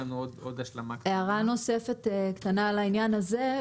הערה נוספת לעניין הזה.